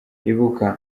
ibuka